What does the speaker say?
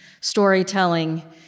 storytelling